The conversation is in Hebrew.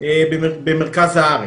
עם כל ההיבטים.